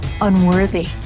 unworthy